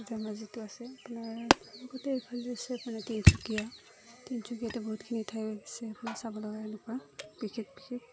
ধেমাজিটো আছে আপোনাৰ লগতে এইফালে আছে আপোনাৰ তিনিচুকীয়া তিনিচুকীয়াতে বহুতখিনি ঠাই আছে আপোনাৰ চাব লগা এনেকুৱা বিশেষ বিশেষ